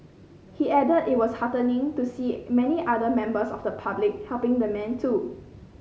he added that it was heartening to see many other members of the public helping the man too